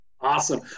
Awesome